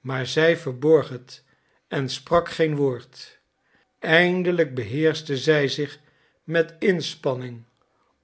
maar zij verborg het en sprak geen woord eindelijk beheerschte zij zich met inspanning